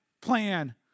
plan